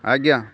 ଆଜ୍ଞା